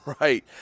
Right